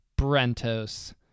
Brentos